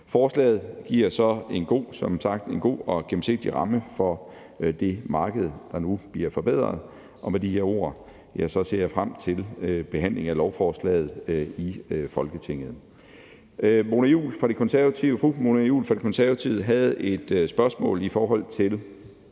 Forslaget giver som sagt så en god og gennemsigtig ramme for det marked, der nu bliver forbedret. Med de ord vil jeg sige, at jeg ser frem til behandlingen af lovforslaget i Folketinget. Fru Mona Juul havde et spørgsmål i forhold til